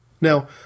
Now